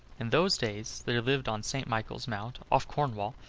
in those days there lived on st. michael's mount, off cornwall,